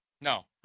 No